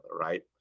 right